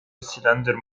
cylinder